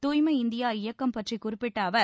தூய்மை இந்தியா இயக்கம் பற்றி குறிப்பிட்ட அவர்